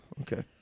okay